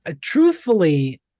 Truthfully